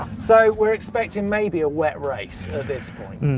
so we're expecting maybe a wet race at this point.